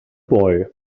boy